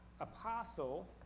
apostle